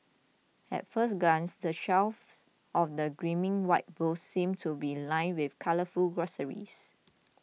at first glance the shelves of the gleaming white booths seem to be lined with colourful groceries